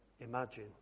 imagine